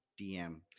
DM